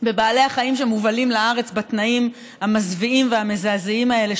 בבעלי החיים שמובלים לארץ בתנאים המזוויעים והמזעזעים האלה,